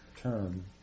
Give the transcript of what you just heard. term